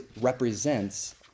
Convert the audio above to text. represents